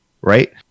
right